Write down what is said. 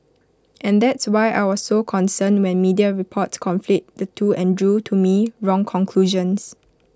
and that's why I was so concerned when media reports conflate the two and drew to me wrong conclusions